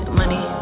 money